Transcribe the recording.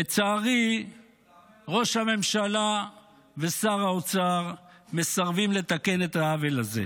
לצערי ראש הממשלה ושר האוצר מסרבים לתקן את העוול הזה.